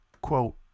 Quote